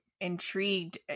intrigued